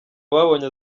babonye